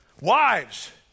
Wives